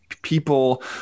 People